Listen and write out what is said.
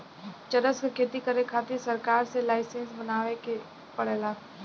चरस क खेती करे खातिर सरकार से लाईसेंस बनवाए के पड़ेला